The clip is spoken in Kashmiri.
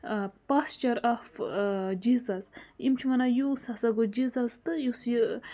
پاسچَر آف جیسَز یِم چھِ وَنان یوٗس ہسا گوٚو جیسَز تہٕ یُس یہِ